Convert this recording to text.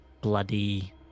bloody